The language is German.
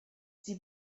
sie